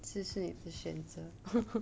这是你的选择